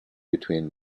between